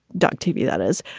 dog tv, that is.